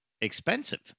expensive